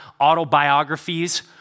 autobiographies